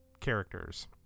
characters